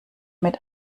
mit